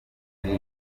iri